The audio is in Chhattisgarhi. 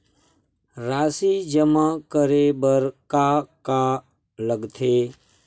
राशि जमा करे बर का का लगथे?